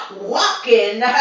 walking